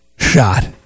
Shot